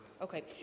Okay